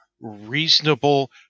reasonable